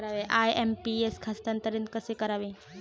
IMPS हस्तांतरण कसे करावे?